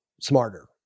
smarter